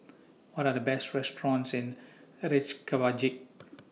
What Are The Best restaurants in Reykjavik